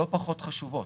לא פחות חשובות,